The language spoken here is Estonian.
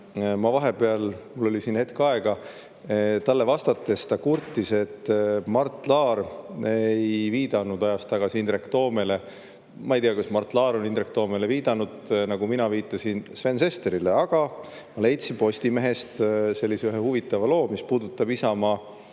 vahepeal hetk aega –, aga [mulle] vastates ta kurtis, et Mart Laar ei viidanud ajas tagasi Indrek Toomele. Ma ei tea, kas Mart Laar on Indrek Toomele viidanud, nagu mina viitasin Sven Sesterile, aga ma leidsin Postimehest ühe sellise huvitava loo, mis puudutab Isamaa